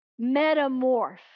metamorph